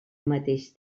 mateix